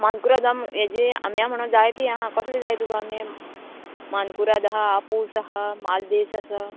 मानकुराद हेजे आंब्या म्हणोन जाय ती आहा कसली जाय तुका आमी मानकुराद आहा आपूस आहा मालदेस आसा